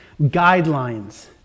guidelines